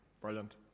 Brilliant